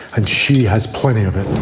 and she has plenty of it.